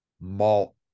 malt